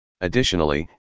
Additionally